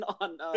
on